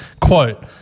quote